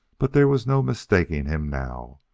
but there was no mistaking him now.